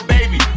Baby